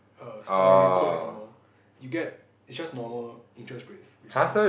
err salary quote anymore you get it's just normal interest rates which sucks